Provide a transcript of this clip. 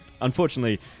Unfortunately